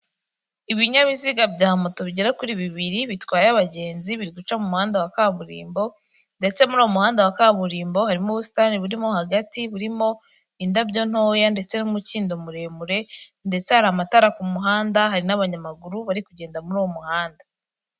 Ibinyabiziga bya moto bigera kuri bibiri, bitwaye abagenzi, biri guca mu muhanda wa kaburimbo ndetse muri uwo muhanda wa kaburimbo harimo ubusitani burimo hagati, burimo indabyo ntoya ndetse n'umukindo muremure ndetse hari amatara ku muhanda, hari n'abanyamaguru bari kugenda muri uwo muhanda.